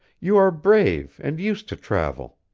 you are brave and used to travel.